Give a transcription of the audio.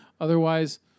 Otherwise